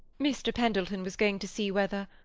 mr. pendleton was going to see whether